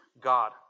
God